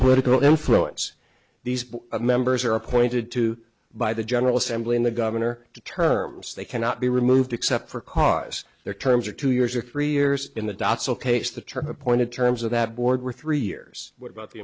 political influence these members are appointed to by the general assembly in the governor terms they cannot be removed except for cause their terms are two years or three years in the dots ok if the term appoint in terms of that board were three years what about the